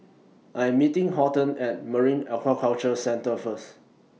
I Am meeting Horton At Marine Aquaculture Centre First